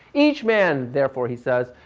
each man, therefore he says,